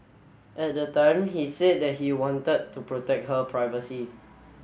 at the time he said that he wanted to protect her privacy